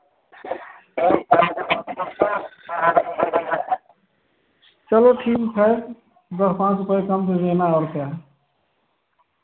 चलो ठीक है दस पाँच रुपये कम दे देना और क्या है